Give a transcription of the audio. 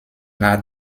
nach